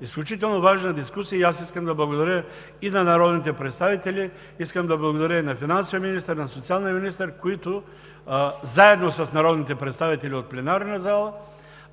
Изключително важна дискусия и аз искам да благодаря и на народните представители, искам да благодаря и на финансовия министър, на социалния министър, които заедно с народните представители от пленарната зала,